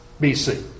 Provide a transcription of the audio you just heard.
BC